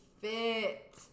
fit